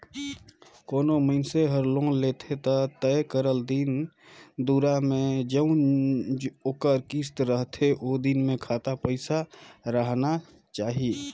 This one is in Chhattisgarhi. कोनो मइनसे हर लोन लेथे ता तय करल दिन दुरा में जउन ओकर किस्त रहथे ओ दिन में खाता पइसा राहना चाही